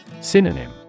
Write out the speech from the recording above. Synonym